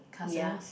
ya